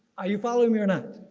are you following me or not?